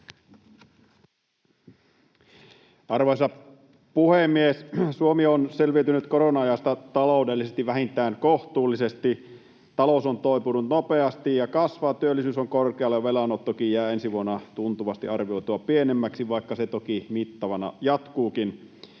Arvoisa puhemies! Suomi on selviytynyt korona-ajasta taloudellisesti vähintään kohtuullisesti. Talous on toipunut nopeasti ja kasvaa, työllisyys on korkealla, ja velanottokin jää ensi vuonna tuntuvasti arvioitua pienemmäksi, vaikka se toki mittavana jatkuukin.